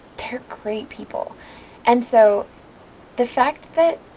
they're great people and so the fact that